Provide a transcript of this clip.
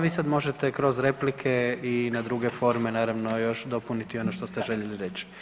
Vi sada možete kroz replike i na druge forme naravno još dopuniti ono što ste željeli reći.